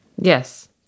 Yes